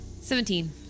Seventeen